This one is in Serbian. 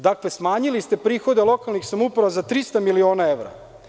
Dakle, smanjili ste prihode lokalnih samouprava za 300 miliona evra.